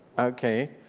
okay.